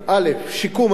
שיקום האזור,